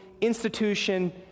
institution